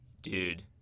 Dude